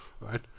right